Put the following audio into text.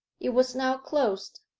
it was now closed,